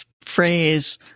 phrase